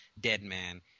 Deadman